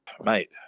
mate